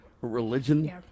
Religion